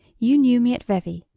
you knew me at vevey.